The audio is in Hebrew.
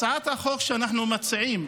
הצעת החוק שאנחנו מציעים,